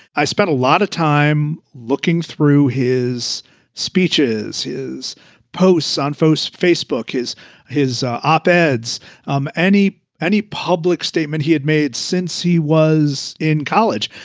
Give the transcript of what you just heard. i spent a lot of time looking through his speeches, his posts on fose, facebook is his op ed's um any any public statement he had made since he was in college.